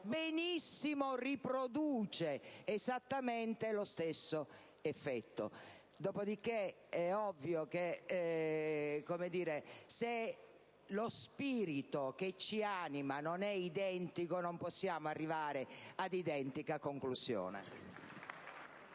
benissimo riproduce esattamente lo stesso effetto. Dopo di che, è ovvio che se lo spirito che ci anima non è identico, non possiamo arrivare ad identica conclusione.